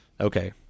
Okay